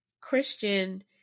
Christian